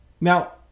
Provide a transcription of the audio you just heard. now